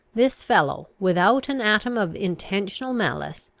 this fellow, without an atom of intentional malice,